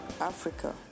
Africa